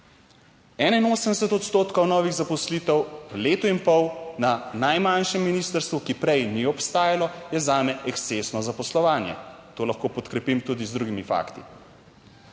81 odstotkov novih zaposlitev v letu in pol na najmanjšem ministrstvu, ki prej ni obstajalo, je zame ekscesno zaposlovanje. To lahko podkrepim tudi z drugimi fakti.